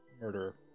murder